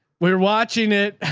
we were watching it,